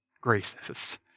graces